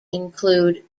include